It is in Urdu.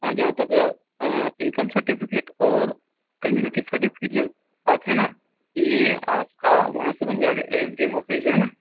ہاں جہاں تک انکم سرٹیفیکیٹ اور کمیونٹی سرٹیفکیٹ کی بات ہے نا یہ آپ کا وہاں سے بن جائے گا ایس ڈی ایم آفس جو ہے نا